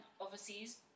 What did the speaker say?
overseas